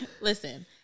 listen